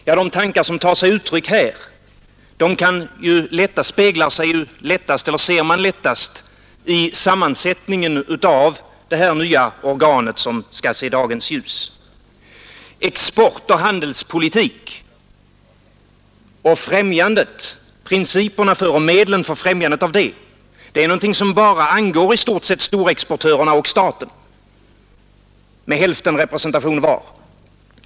Ja, de tankar som tar sig uttryck här ser man lättast i sammansättningen av detta nya organ som skall se dagens ljus. Exportoch handelspolitik och medlen för främjande 161 därav är någonting som i stort sett bara angår storexportörerna och staten, med hälftenrepresentation för vart och ett av dessa intressen.